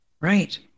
Right